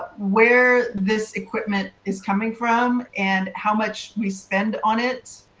where this equipment is coming from, and how much we spend on it.